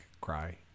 cry